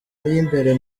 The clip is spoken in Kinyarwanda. y’imbere